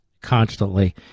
constantly